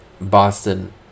Boston